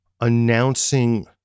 announcing